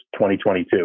2022